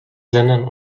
ländern